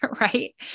right